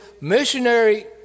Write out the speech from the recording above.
missionary